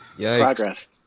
Progress